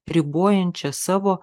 ribojančią savo